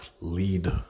lead